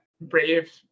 Brave